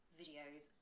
videos